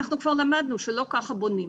אנחנו כבר למדנו שלא ככה בונים.